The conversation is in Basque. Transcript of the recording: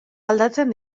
aldatzen